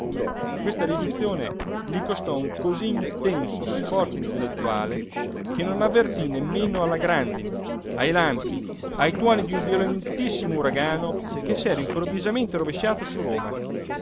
questa riduzione gli costò un cosí intenso sforzo intellettuale che non avvertí nemmeno alla grandine ai lampi ai tuoni d'un violentissimo uragano che s'era improvvisamente rovesciato su roma